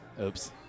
Oops